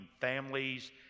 families